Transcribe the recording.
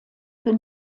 für